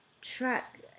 track